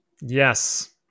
Yes